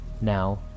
Now